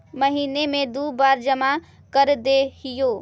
महिना मे दु बार जमा करदेहिय?